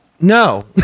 no